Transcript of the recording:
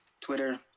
Twitter